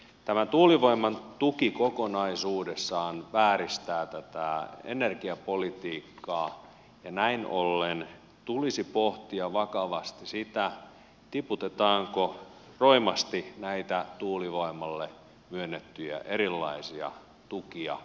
tämän tuulivoiman tuki kokonaisuudessaan vääristää tätä energiapolitiikkaa ja näin ollen tulisi pohtia vakavasti sitä tiputetaanko roimasti näitä tuulivoimalle myönnettyjä erilaisia tukia tuotantotukia ja investointitukia